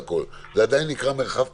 זה עדיין נקרא מרחב פרטי.